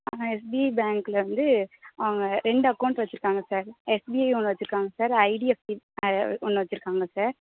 ஆ SBI பேங்க்கில் வந்து அவங்க ரெண்டு அக்கௌண்ட் வைச்சிருக்காங்க சார் எஸ்பிஐ ஒன்று வைச்சிருக்காங்க சார் ஐடிஎஃப்சி ஒன்று வைச்சிருக்காங்க சார்